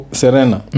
serena